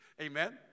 Amen